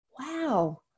wow